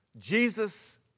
Jesus